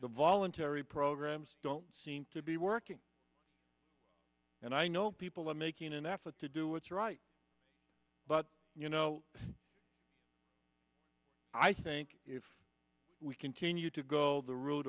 the voluntary programs don't seem to be working and i know people are making an effort to do what's right but you know i think if we continue to go the ro